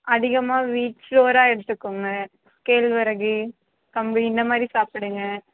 அதிகமாக வீட் ஃப்ளோரா எடுத்துக்கோங்க கேழ்வரகு கம்பு இந்தமாதிரி சாப்பிடுங்க